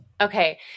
Okay